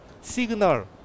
signal